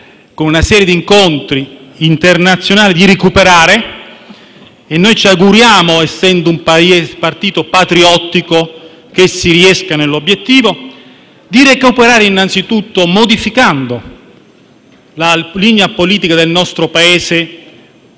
con una serie di incontri internazionali (e noi ci auguriamo, essendo un partito patriottico, che si riesca nell'obiettivo), innanzitutto modificando la linea politica del nostro Paese